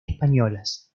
españolas